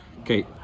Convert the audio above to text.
okay